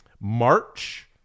March